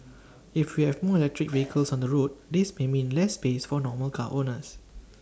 if we have more electric vehicles on the road this may mean less space for normal car owners